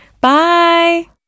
Bye